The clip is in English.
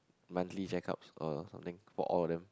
monthly checkups something for all of them